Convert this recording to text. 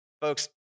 folks